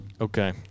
Okay